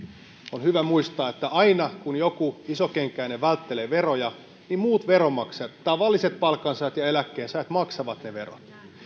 on hyvä muistaa että aina kun joku isokenkäinen välttelee veroja muut veronmaksajat tavalliset palkansaajat ja eläkkeensaajat maksavat ne verot